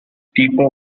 tipo